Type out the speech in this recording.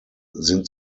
sind